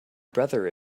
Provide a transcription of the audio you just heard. brother